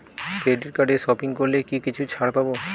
Credit কার্ডে shopping করলে কি কিছু ছাড় পাব?